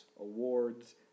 awards